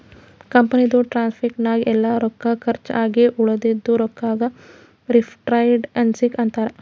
ಕಂಪನಿದು ಪ್ರಾಫಿಟ್ ನಾಗ್ ಎಲ್ಲಾ ರೊಕ್ಕಾ ಕರ್ಚ್ ಆಗಿ ಉಳದಿದು ರೊಕ್ಕಾಗ ರಿಟೈನ್ಡ್ ಅರ್ನಿಂಗ್ಸ್ ಅಂತಾರ